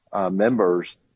members